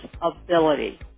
ability